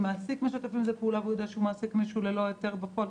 המעסיק משתף עם זה פעולה והוא יודע שהוא מעסיק מישהו ללא היתר בפועל.